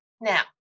Now